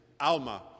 alma